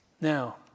Now